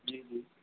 जी जी